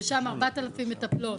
ששם 4,000 מטפלות